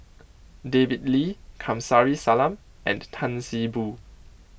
David Lee Kamsari Salam and Tan See Boo